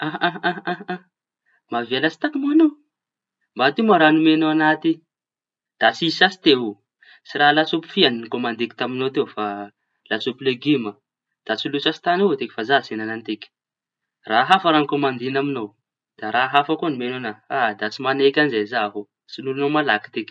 Ah- aha- aha- mba avy lasy tañy moa añao henteo moa raha anomeñao añahy ty. Da tsizy sasy teo tsy raha lasopy fia no komandiko tamiñao teo fa lasopy legima. Da soly sasy tañy avao tiky fa za tsy hihiña anitiky. Raha hafa kômandiaña amiñao da raha hafa koa no omeñao añahy ha da tsy mañaiky zay aho soloa malaky tiky.